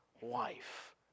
wife